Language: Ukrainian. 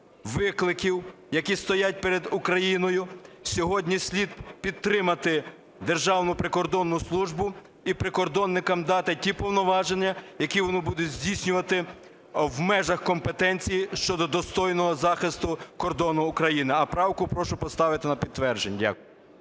викликів, які стоять перед Україною, сьогодні слід підтримати Державну прикордонну службу і прикордонникам дати ті повноваження, які вони будуть здійснювати в межах компетенції щодо достойного захисту кордону України. А правку прошу поставити на підтвердження.